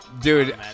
Dude